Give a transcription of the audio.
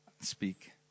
speak